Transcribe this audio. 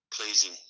pleasing